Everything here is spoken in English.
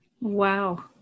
Wow